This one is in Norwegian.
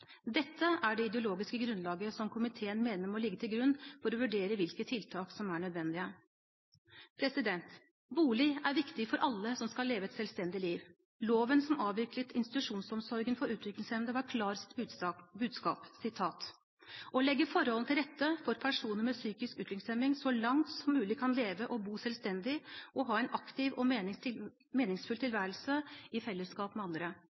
Dette er det ideologiske grunnlaget som komiteen mener må ligge til grunn for å vurdere hvilke tiltak som er nødvendige. Bolig er viktig for alle som skal leve et selvstendig liv. Loven som avviklet institusjonsomsorgen for utviklingshemmede, var klar i sitt budskap: «Å legge forholdene til rette for at personer med psykisk utviklingshemning så langt som mulig kan leve og bo selvstendig og ha en aktiv og meningsfull tilværelse i fellesskap med andre.»